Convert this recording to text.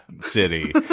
city